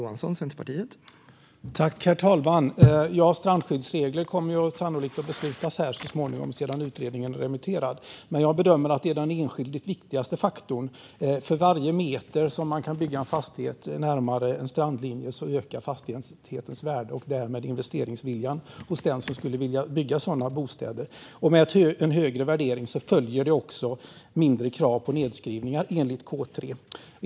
Herr talman! Strandskyddsregler kommer det sannolikt att beslutas om här så småningom när utredningen är remitterad. Men jag bedömer att den enskilt viktigaste faktorn är att fastighetens värde ökar för varje meter som man kan bygga en fastighet närmare en strandlinje. Därmed ökar också investeringsviljan hos den som skulle vilja bygga sådana bostäder. Med en högre värdering följer även mindre krav på nedskrivningar enligt K3.